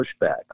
pushback